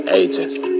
agents